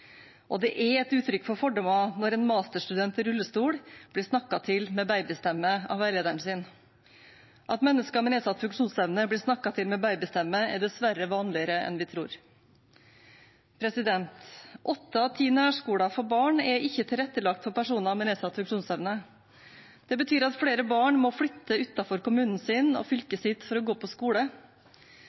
Det er et uttrykk for fordommer når en masterstudent i rullestol blir snakket til med babystemme av veilederen sin. At mennesker med nedsatt funksjonsevne blir snakket til med babystemme, er dessverre vanligere enn vi tror. Åtte av ti nærskoler for barn er ikke tilrettelagt for personer med nedsatt funksjonsevne. Det betyr at flere barn må flytte utenfor kommunen sin og fylket sitt for å gå på skole.